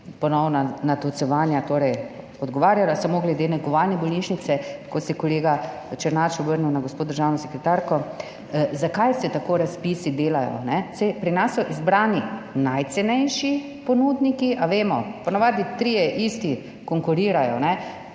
ponovna natolcevanja odgovarjala, samo glede negovalne bolnišnice, ker se je kolega Černač obrnil na gospo državno sekretarko. Zakaj se tako razpisi delajo? Saj pri nas so izbrani najcenejši ponudniki, a vemo, po navadi trije isti konkurirajo,